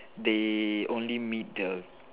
they only meet the